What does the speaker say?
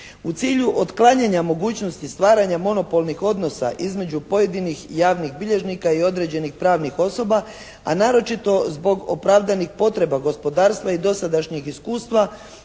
U cilju otklanjanja mogućnosti stvaranja monopolnih odnosa između pojedinih javnih bilježnika i određenih pravnih osoba a naročito zbog opravdanih potreba gospodarstva i dosadašnjeg iskustva